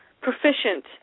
proficient